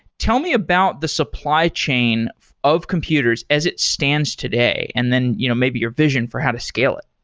tell me about the supply chain of computers as it stands today, and then you know maybe your vision for how to scale it